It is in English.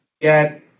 get